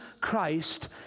Christ